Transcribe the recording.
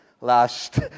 last